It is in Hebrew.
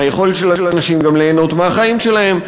של היכולת של אנשים גם ליהנות מהחיים שלהם,